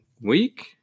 week